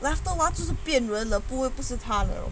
left the largest 辩论的部位不是他的